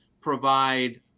provide